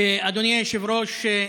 אדוני היושב-ראש,